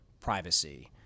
privacy